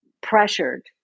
pressured